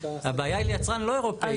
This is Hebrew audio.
הבעיה היא ליצרן לא אירופי.